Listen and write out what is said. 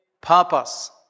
purpose